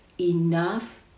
enough